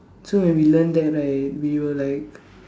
so when we learn that right we were like